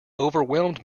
overwhelmed